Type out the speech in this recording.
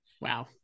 wow